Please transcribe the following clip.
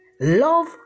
love